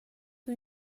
who